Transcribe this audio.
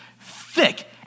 thick